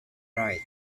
pride